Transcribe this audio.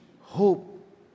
Hope